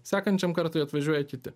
sekančiam kartui atvažiuoja kiti